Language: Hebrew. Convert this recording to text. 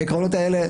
העקרונות האלה.